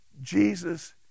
Jesus